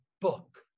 book